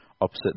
opposite